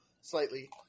slightly